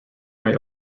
may